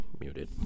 Muted